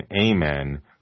Amen